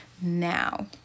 now